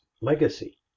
legacy